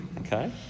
Okay